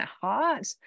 heart